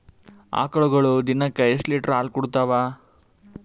ಆಕಳುಗೊಳು ದಿನಕ್ಕ ಎಷ್ಟ ಲೀಟರ್ ಹಾಲ ಕುಡತಾವ?